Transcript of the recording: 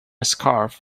scarf